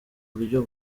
buryo